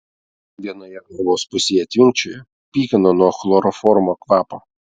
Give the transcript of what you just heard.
vienoje galvos pusėje tvinkčiojo pykino nuo chloroformo kvapo